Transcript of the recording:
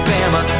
Bama